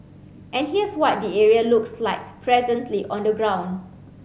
and here's what the area looks like presently on the ground